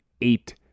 eight